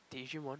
digimon